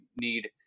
need